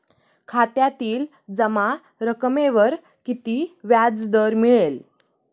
खात्यातील जमा रकमेवर किती व्याजदर मिळेल?